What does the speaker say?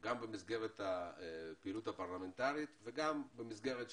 גם במסגרת הפעילות הפרלמנטרית וגם במסגרת חוץ-פרלמנטרית.